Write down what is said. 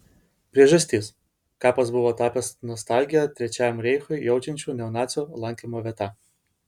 priežastis kapas buvo tapęs nostalgiją trečiajam reichui jaučiančių neonacių lankymo vieta